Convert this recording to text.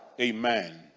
amen